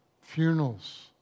funerals